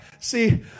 See